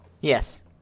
Yes